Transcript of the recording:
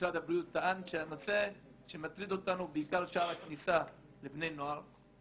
ממשרד הבריאות טען שהנושא שמטריד אותנו הוא בעיקר שער הכניסה לבני נער.